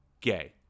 gay